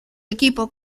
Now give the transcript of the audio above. equipo